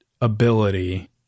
ability